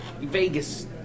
Vegas